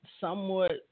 somewhat